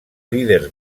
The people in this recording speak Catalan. líders